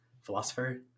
philosopher